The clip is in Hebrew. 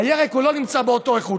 הירק לא באותה איכות,